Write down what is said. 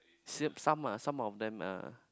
same some ah some of them are